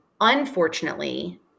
unfortunately